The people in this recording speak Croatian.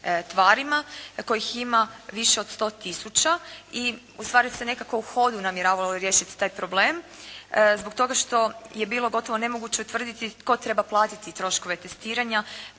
tvarima kojih ima više od 100000 i ustvari se nekako u hodu namjeravalo riješiti taj problem zbog toga što je bilo gotovo nemoguće utvrditi tko treba platiti troškove testiranja,